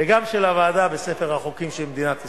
וגם של הוועדה, בספר החוקים של מדינת ישראל.